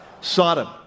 Sodom